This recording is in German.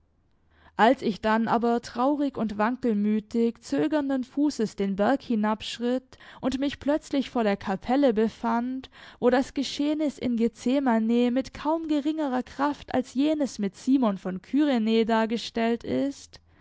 als ich dann aber traurig und wankelmütig zögernden fußes den berg hinabschritt und mich plötzlich vor der kapelle befand wo das geschehnis in gethsemane mit kaum geringerer kraft als jenes mit simon von kyrene dargestellt ist